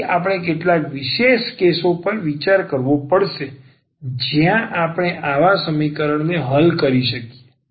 તેથી આપણે કેટલાક વિશેષ કેસો પર વિચાર કરવો પડશે જ્યાં આપણે આવા સમીકરણને હલ કરી શકીએ